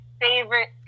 favorite